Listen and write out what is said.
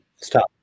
Stop